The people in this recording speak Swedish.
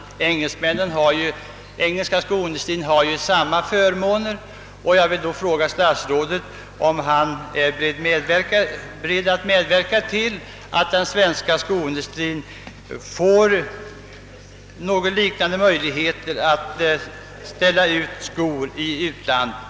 Den engelska skoindustrin åtnjuter samma förmån. Jag vill därför till sist fråga herr statsrådet, om han är beredd att medverka till att den svenska skoindustrin får liknande möjligheter att ställa ut skor i utlandet?